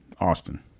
austin